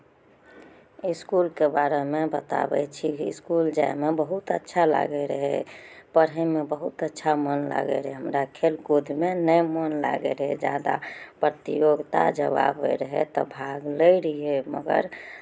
इसकुलके बारेमे बताबै छी इसकुल जायमे बहुत अच्छा लागै रहै पढ़ैमे बहुत अच्छा मन लागै रहै हमरा खेलकूदमे नहि मोन लागै रहै जादा प्रतियोगिता जब आबै रहै तब भाग लै रहियै मगर